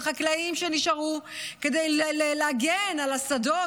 של חקלאים שנשארו כדי להגן על השדות